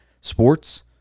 sports